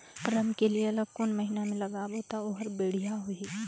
रमकेलिया ला कोन महीना मा लगाबो ता ओहार बेडिया होही?